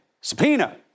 Subpoena